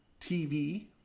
TV